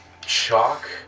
chalk